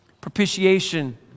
Propitiation